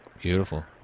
Beautiful